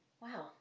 Wow